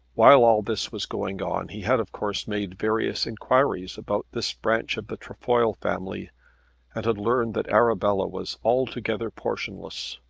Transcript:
while all this was going on he had of course made various inquiries about this branch of the trefoil family and had learned that arabella was altogether portionless.